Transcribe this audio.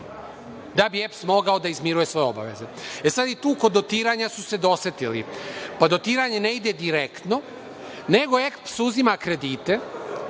da bi EPS mogao da izmiruje svoje obaveze.E, sad i tu kod dotiranja su se dosetili, pa dotiranje ne ide direktno, nego EPS uzima kredite,